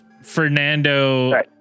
Fernando